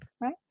right